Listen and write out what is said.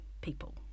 people